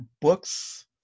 books